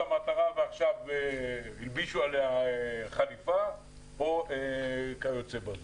המטרה ועכשיו הלבישו עליה חליפה או כיוצא בזה.